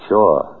Sure